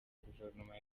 guverinoma